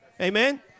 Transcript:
Amen